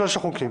שלושת החוקים.